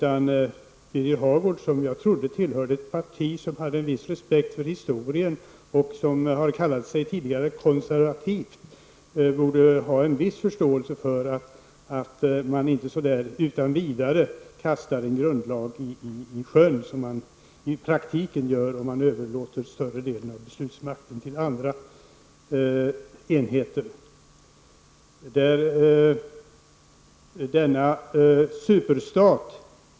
Birger Hagård, som jag trodde tillhörde ett parti som hade en viss respekt för historien och som tidigare har kallat sig konservativt, borde ha en viss förståelse för att man inte utan vidare kastar en grundlag i sjön, vilket man i praktiken gör om man överlåter större delen av beslutsmakten till andra enheter.